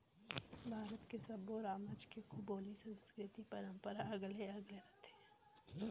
भारत के सब्बो रामज के बोली, संस्कृति, परंपरा अलगे अलगे रथे